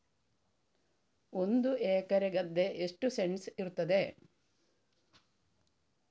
ಒಂದು ಎಕರೆ ಗದ್ದೆ ಎಷ್ಟು ಸೆಂಟ್ಸ್ ಇರುತ್ತದೆ?